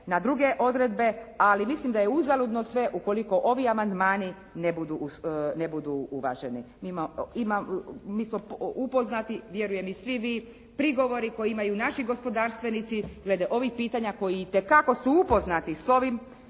na druge odredbe, ali mislim da je uzaludno sve ukoliko ovi amandmani ne budu uvaženi. Mi smo upoznati, vjerujem i svi vi, prigovori koje imaju naši gospodarstvenici glede ovih pitanja koji itekako su upoznati s ovim,